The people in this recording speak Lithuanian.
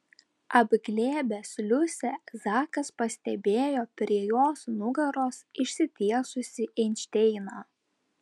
apglėbęs liusę zakas pastebėjo prie jos nugaros išsitiesusį einšteiną